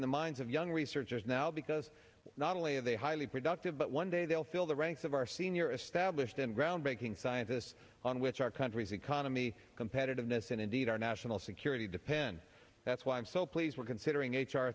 in the minds of young researchers now because not only of the highly productive but one day they'll fill the ranks of our senior established and groundbreaking scientists on which our country's economy competitiveness and indeed our national security depend that's why i'm so pleased we're considering h